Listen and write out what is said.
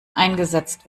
eingesetzt